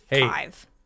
Five